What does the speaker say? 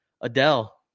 Adele